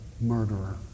murderer